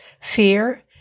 fear